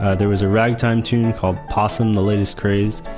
ah there was a ragtime tune called possum the latest craze.